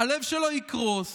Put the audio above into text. הלב שלו יקרוס,